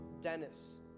Dennis